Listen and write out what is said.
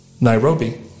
Nairobi